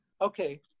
okay